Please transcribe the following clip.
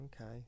Okay